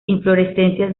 inflorescencias